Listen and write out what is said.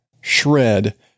shred